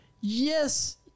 Yes